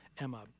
Emma